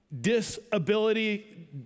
disability